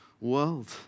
world